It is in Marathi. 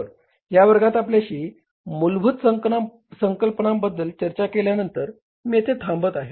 तर या वर्गात आपल्याशी मूलभूत संकल्पनांबद्दल चर्चा केल्यानंतर मी येथे थांबत आहे